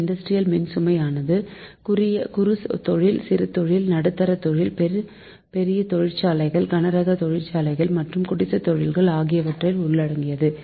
இந்த இண்டஸ்ட்ரியல் மின்சுமை ஆனது குறு தொழில் சிறு தொழில் நடுத்தர தொழில் பெரிய தொழிற்சாலைகள் கனரக தொழிற்சாலைகள் மற்றும் குடிசை தொழில்கள் ஆகியவை உள்ளடங்கியது